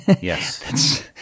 Yes